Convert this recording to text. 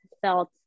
felt